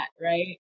right